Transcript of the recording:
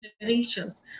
generations